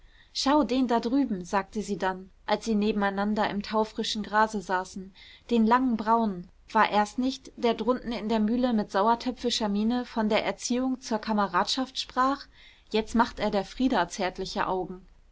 schau den da drüben sagte sie dann als sie nebeneinander im taufrischen grase saßen den langen braunen war er's nicht der drunten in der mühle mit sauertöpfischer miene von der erziehung zur kameradschaft sprach jetzt macht er der frieda zärtliche augen